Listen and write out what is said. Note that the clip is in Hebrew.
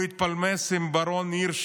הוא התפלמס עם הברון הירש,